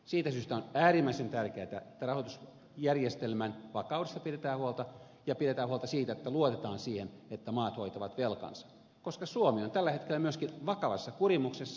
siitä syystä on äärimmäisen tärkeätä että rahoitusjärjestelmän vakaudesta pidetään huolta ja pidetään huolta siitä että luotetaan siihen että maat hoitavat velkansa koska myöskin suomi on tällä hetkellä vakavassa kurimuksessa